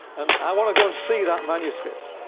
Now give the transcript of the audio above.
and i want to go and see that manuscript.